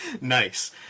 Nice